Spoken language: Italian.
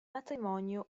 matrimonio